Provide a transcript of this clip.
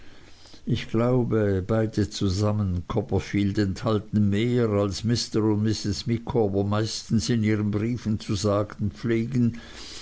ich glaube beide zusammen copperfield enthalten mehr als mr und mrs micawber meistens in ihren briefen zu sagen pflegen